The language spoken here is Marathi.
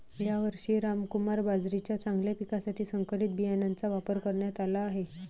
यावर्षी रामकुमार बाजरीच्या चांगल्या पिकासाठी संकरित बियाणांचा वापर करण्यात आला आहे